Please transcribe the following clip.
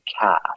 cash